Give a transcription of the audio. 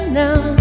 now